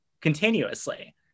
continuously